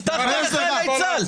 הבטחת לחייל צה"ל.